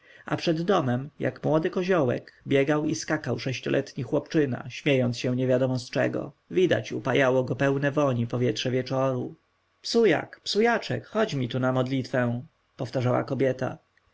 a przed domem jak młody koziołek biegał i skakał sześcioletni chłopczyna śmiejąc się niewiadomo z czego widać upajało go pełne woni powietrze wieczora psujak psujaczek chodź mi tu na modlitwę powtarzała kobieta